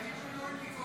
תכיר מילואימניק עובד.